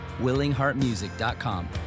willingheartmusic.com